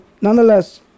nonetheless